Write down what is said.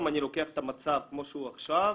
אם אני לוקח את המצב כמו שהוא עכשיו,